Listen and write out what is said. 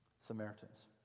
Samaritans